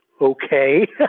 okay